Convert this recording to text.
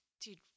Dude